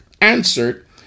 answered